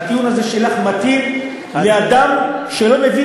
הטיעון הזה שלך מתאים לאדם שלא מבין